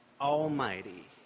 Almighty